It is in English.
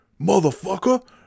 Motherfucker